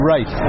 Right